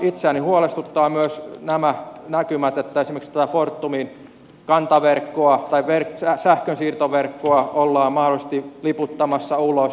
itseäni huolestuttavat myös nämä näkymät että esimerkiksi fortumin sähkönsiirtoverkkoa ollaan mahdollisesti liputtamassa ulos